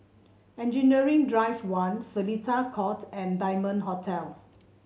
Engineering Drive One Seletar Court and Diamond Hotel